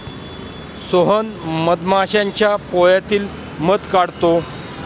सोहन मधमाश्यांच्या पोळ्यातील मध काढतो